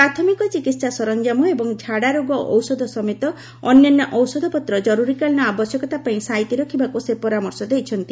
ପ୍ରାଥମିକ ଚିକିତ୍ସା ସରଞ୍ଜାମ ଏବଂ ଝାଡ଼ା ରୋଗ ଔଷଧ ସମେତ ଅନ୍ୟାନ୍ୟ ଔଷଧପତ୍ର ଜରୁରୀକାଳୀନ ଆବଶ୍ୟକତା ପାଇଁ ସାଇତି ରଖିବାକୁ ସେ ପରାମର୍ଶ ଦେଇଛନ୍ତି